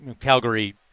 Calgary